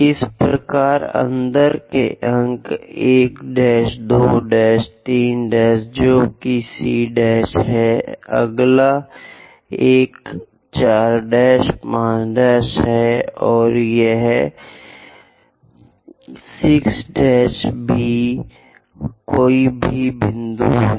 इसी प्रकार अंदर के अंक 1 2 3 जो कि c है अगला एक 4 5 है और यह 6 बी कोई भी बिंदु है